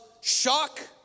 shock